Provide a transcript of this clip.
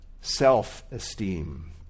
self-esteem